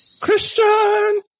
Christian